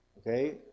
okay